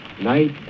Night